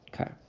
okay